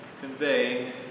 conveying